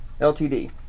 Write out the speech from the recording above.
LTD